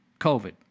COVID